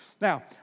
Now